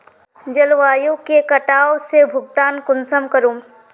जलवायु के कटाव से भुगतान कुंसम करूम?